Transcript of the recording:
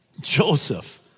Joseph